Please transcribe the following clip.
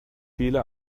viele